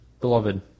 Beloved